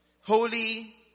Holy